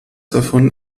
davon